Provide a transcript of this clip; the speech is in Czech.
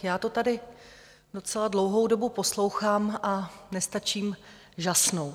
Já to tady docela dlouhou dobu poslouchám a nestačím žasnout.